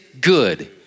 good